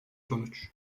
sonuç